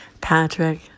Patrick